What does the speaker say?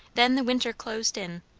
then the winter closed in,